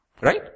Right